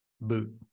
Boot